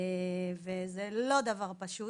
וזה לא דבר פשוט.